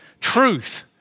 truth